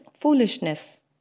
foolishness